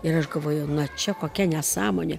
ir aš galvoju na čia kokia nesąmonė